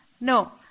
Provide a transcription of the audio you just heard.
No